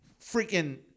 freaking